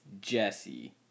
Jesse